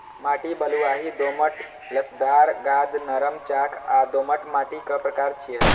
माटि बलुआही, दोमट, लसदार, गाद, नरम, चाक आ दोमट माटिक प्रकार छियै